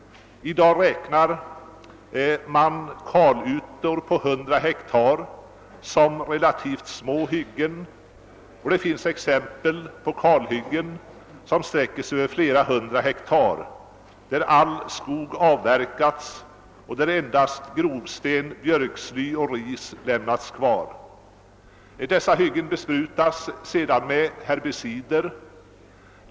I dag räknar man kalytor på 100 hektar som relativt små hyggen, och det finns exempel på kalhyggen som sträcker sig över flera hundra hektar, där all skog avverkats och där endast grovsten, björksly och ris lämnats kvar. Dessa hyggen besprutas sedan med herbicider.